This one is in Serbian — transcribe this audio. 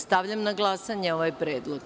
Stavljam na glasanje ovaj predlog.